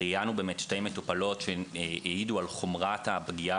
ראיינו שתי מטופלות שהעידו על חומרת הפגיעה